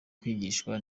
kwigishwa